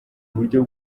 uburyo